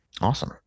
awesome